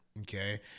okay